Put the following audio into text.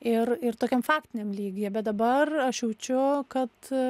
ir ir tokiam faktiniam lygyje bet dabar aš jaučiu kad